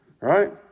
right